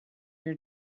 your